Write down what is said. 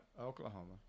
Oklahoma